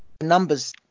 numbers